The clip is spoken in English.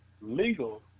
legal